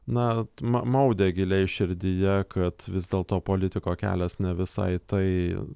na ma maudė giliai širdyje kad vis dėl to politiko kelias ne visai tai